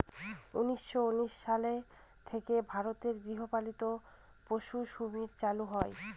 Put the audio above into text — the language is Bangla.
উনিশশো উনিশ সাল থেকে ভারতে গৃহপালিত পশুসুমারী চালু হয়েছে